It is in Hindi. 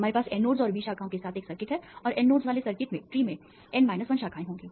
हमारे पास N नोड्स और B शाखाओं के साथ एक सर्किट है और N नोड्स वाले सर्किट में ट्री में N 1 शाखाएं होंगी